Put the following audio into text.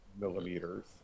millimeters